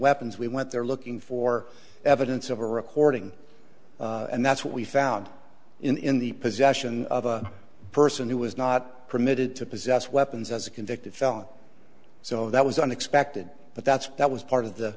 weapons we went there looking for evidence of a recording and that's what we found in the possession of a person who was not permitted to possess weapons as a convicted felon so that was unexpected but that's that was part of the